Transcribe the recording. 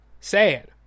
sad